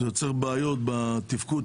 זה יוצר בעיות בתפקוד